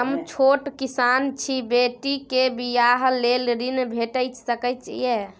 हम छोट किसान छी, बेटी के बियाह लेल ऋण भेट सकै ये?